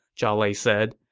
zhao lei said.